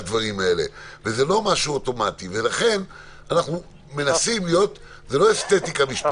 יכול להיות שאתה צודק,